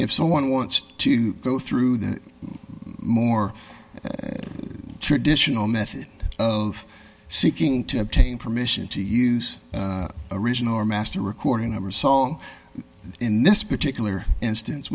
if someone wants to go through the more traditional method of seeking to obtain permission to use original or master recording of a soul in this particular instance